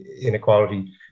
inequality